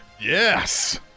Yes